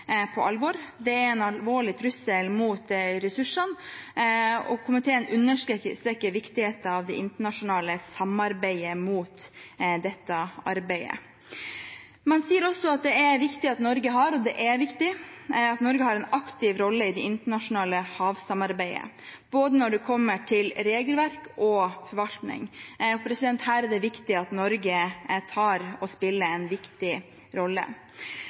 på alvor. Det er en alvorlig trussel mot ressursene, og komiteen understreker viktigheten av det internasjonale samarbeidet mot dette. Man sier også at det er viktig at Norge har – og det er viktig – en aktiv rolle i det internasjonale havsamarbeidet, både når det gjelder regelverk og forvaltning. Her er det viktig at Norge tar og spiller en viktig rolle.